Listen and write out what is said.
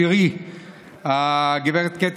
נוכח אלכס קושניר, אינו נוכח עידן